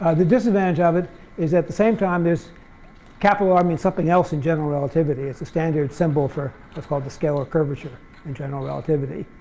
the disadvantage of it is at the same time this capital r means something else in general relativity. it's the standard symbol for what's called the scalar curvature in general relativity.